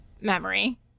memory